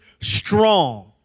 strong